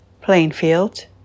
Plainfield